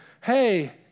hey